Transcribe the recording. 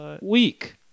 week